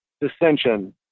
dissension